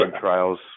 trials